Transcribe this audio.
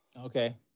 Okay